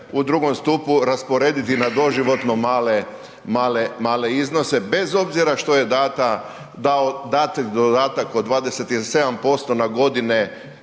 u II. stupu rasporediti na doživotno male iznose bez obzira što je dat dodatak od 27% na godine